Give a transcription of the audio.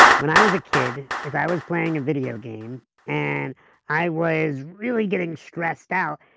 when i was a kid, if i was playing a video game and i was really getting stressed out,